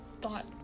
thought